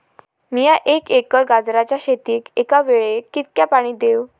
मीया एक एकर गाजराच्या शेतीक एका वेळेक कितक्या पाणी देव?